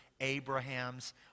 Abraham's